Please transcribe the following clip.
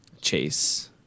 chase